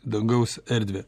dangaus erdvę